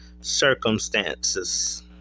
circumstances